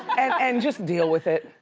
and just deal with it.